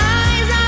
eyes